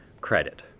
credit